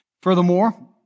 Furthermore